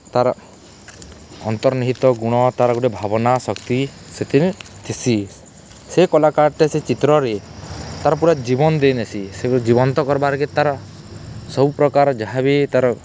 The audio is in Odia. ତାର୍ ଅନ୍ତର୍ନିହିତ ଗୁଣ ତାର୍ ଗୁଟେ ଭାବନା ଶକ୍ତି ସେଥିରେ ଥିସି ସେ କଲାକାର୍ଟେ ସେ ଚିତ୍ରରେ ତାର୍ ପୁରା ଜୀବନ୍ ଦେଇନେସି ସେ ଜୀବନନ୍ତ କର୍ବାର୍କେ ତାର୍ ସବୁପ୍ରକାର୍ ଯାହା ବିି ତାର୍